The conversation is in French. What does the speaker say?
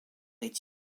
est